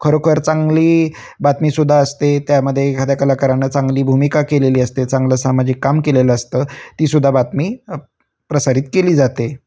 खरोखर चांगली बातमीसुद्धा असते त्यामध्ये एखाद्या कलाकारांनं चांगली भूमिका केलेली असते चांगलं सामाजिक काम केलेलं असतं तीसुद्धा बातमी प्रसारित केली जाते